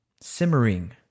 simmering